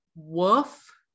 Woof